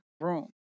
room